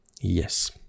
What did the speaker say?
Yes